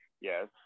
Yes